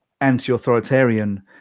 anti-authoritarian